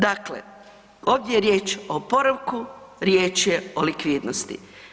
Dakle, ovdje je riječ o oporavku, riječ je o likvidnosti.